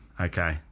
Okay